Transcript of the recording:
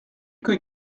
could